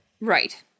Right